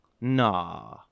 Nah